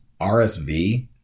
RSV